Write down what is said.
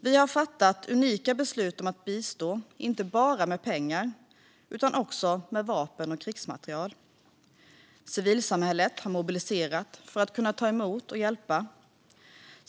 Vi har fattat unika beslut om att bistå inte bara med pengar utan också med vapen och krigsmateriel. Civilsamhället har mobiliserat för att kunna ta emot och hjälpa.